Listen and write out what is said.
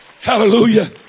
Hallelujah